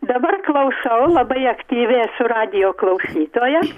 dabar klausau labai aktyviai esu radijo klausytoja